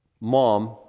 mom